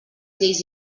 lleis